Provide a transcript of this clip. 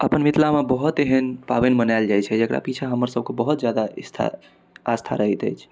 अपन मिथिलामे बहुत एहन पाबनि मनाएल जाइ छै जकरा पिछाँ हमरसभके बहुत ज्यादा इस्था आस्था रहैत अछि